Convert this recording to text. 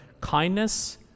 kindness